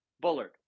bullard